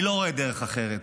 אני לא רואה דרך אחרת.